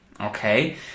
okay